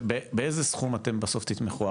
באיזה סכום בסוף אתם תתמכו?